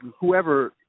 whoever –